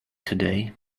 today